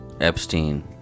Epstein